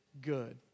good